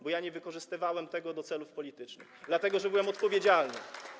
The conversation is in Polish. Bo ja nie wykorzystywałem tego do celów politycznych, dlatego że byłem odpowiedzialny.